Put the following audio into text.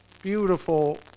Beautiful